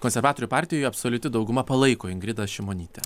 konservatorių partijoj absoliuti dauguma palaiko ingridą šimonytę